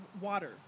water